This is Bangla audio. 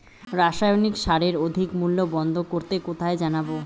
রাসায়নিক সারের অধিক মূল্য বন্ধ করতে কোথায় জানাবো?